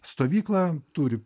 stovyklą turi